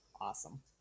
awesome